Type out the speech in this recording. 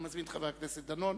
אני מזמין את חבר הכנסת דנון